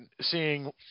seeing